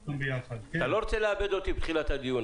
אתה לא רוצה לאבד אותי בתחילת הדיון,